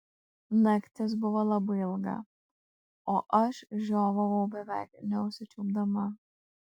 naktis buvo labai ilga o aš žiovavau beveik neužsičiaupdama